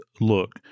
look